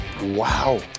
Wow